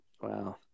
Wow